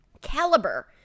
caliber